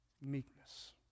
meekness